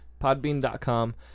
Podbean.com